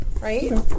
Right